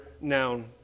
noun